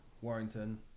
Warrington